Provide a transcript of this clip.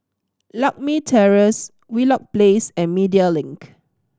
Lakme Terrace Wheelock Place and Media Link